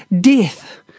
death